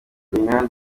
imihanda